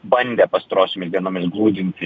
bandė pastarosiomis dienomis gludinti